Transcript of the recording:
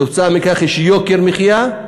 כתוצאה מכך יש יוקר מחיה,